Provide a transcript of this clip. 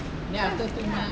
then it's okay ah